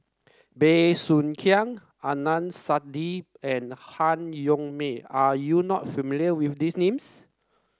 Bey Soo Khiang Adnan Saidi and Han Yong May are you not familiar with these names